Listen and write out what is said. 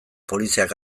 poliziak